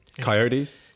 Coyotes